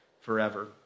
forever